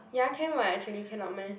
ya can [what] actually cannot meh